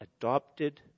adopted